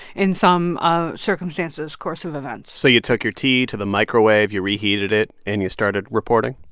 in some ah circumstances, course of events so you took your tea to the microwave. you reheated it. and you started reporting?